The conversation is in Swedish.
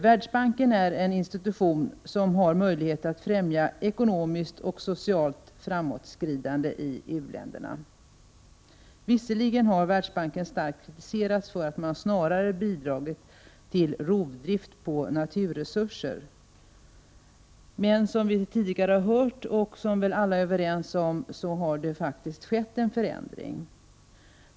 Världsbanken är en institution som har möjligheter att främja ekonomiskt och socialt framåtskridande i u-länderna. Visserligen har Världsbanken starkt kritiserats för att man snarast har bidragit till rovdrift på naturresurser, men som vi tidigare har hört och som vi väl alla är överens om, har det faktiskt skett en förändring.